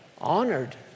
honored